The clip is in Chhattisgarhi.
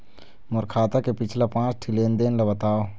मोर खाता के पिछला पांच ठी लेन देन ला बताव?